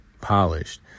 polished